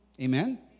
Amen